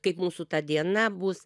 kaip mūsų ta diena bus